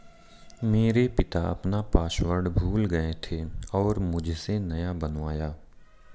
मेरे पिता अपना पासवर्ड भूल गए थे और मुझसे नया बनवाया